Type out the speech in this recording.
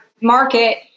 market